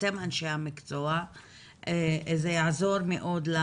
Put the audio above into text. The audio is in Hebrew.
אתם אנשי המקצוע וזה יעזור לנו מאוד,